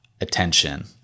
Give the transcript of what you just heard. attention